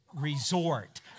resort